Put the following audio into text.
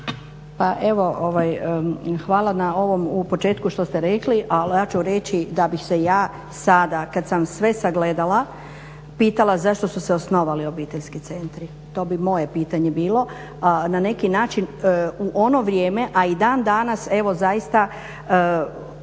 Pa evo hvala na ovom u početku što ste rekli, ali ja ću reći da bih se ja sada kada sam sve sagledala pitala zašto su se osnovali obiteljski centri, to bi moje pitanje bilo. A na neki način u ono vrijeme, a i dan danas zaista